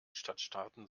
stadtstaaten